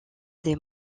des